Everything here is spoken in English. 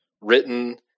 written